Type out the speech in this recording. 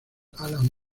allan